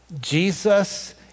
Jesus